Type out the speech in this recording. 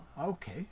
okay